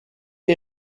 die